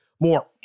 more